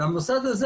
והמוסד הזה,